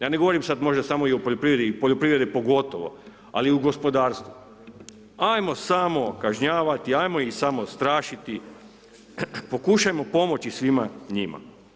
Ja ne govorim sad možda samo i o poljoprivredi i o poljoprivredi pogotovo ali u gospodarstvu, ajmo samo kažnjavati, ajmo ih samo strašiti, pokušajmo pomoći svima njima.